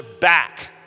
back